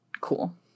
cool